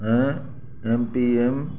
ऐं M P M